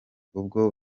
ubwo